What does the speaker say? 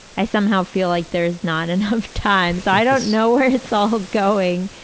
i somehow feel like there's not enough time. so, i don't know where it's all going,